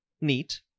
neat